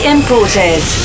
Imported